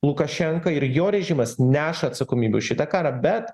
lukašenka ir jo režimas neša atsakomybę už šitą karą bet